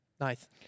nice